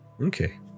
Okay